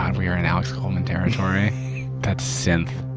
god, we are in alex goldman territory that synth.